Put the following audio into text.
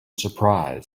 surprise